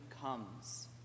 comes